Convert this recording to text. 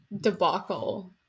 debacle